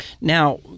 now